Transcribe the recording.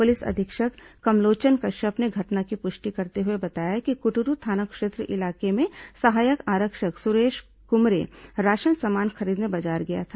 police अधीक्षक कमलोचन कश्यप ने घटना की पुष्टि करते हुए बताया कि कुटरू थाना क्षेत्र इलाके में सहायक आरक्षक सुरेश कुमरे राशन सामान खरीदने बाजार गया था